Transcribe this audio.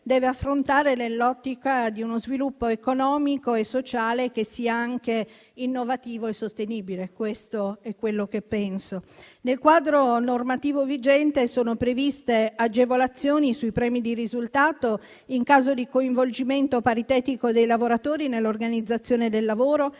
deve affrontare nell'ottica di uno sviluppo economico e sociale che sia anche innovativo e sostenibile. Questo è quello che penso. Nel quadro normativo vigente sono previste agevolazioni sui premi di risultato in caso di coinvolgimento paritetico dei lavoratori nell'organizzazione del lavoro